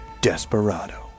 Desperado